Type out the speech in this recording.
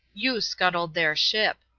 you scuttled their ship.